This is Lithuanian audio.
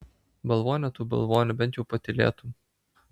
balvone tu balvone bent jau patylėtum